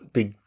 Big